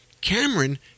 Cameron